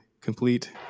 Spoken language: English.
complete